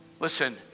Listen